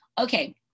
Okay